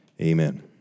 Amen